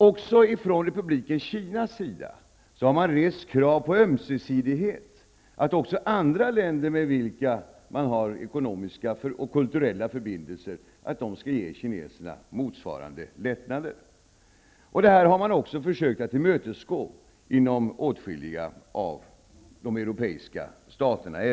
Också från Republiken Kinas sida har man rest krav på ömsesidighet, att också andra länder med vilka man har ekonomiska och kulturella förbindelser skall ge kineserna motsvarande lättnader. Detta har man ävenledes försökt tillmötesgå inom åtskilliga av de europeiska staterna.